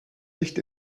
nicht